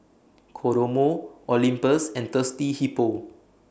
Kodomo Olympus and Thirsty Hippo